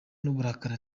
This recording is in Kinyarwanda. n’uburakari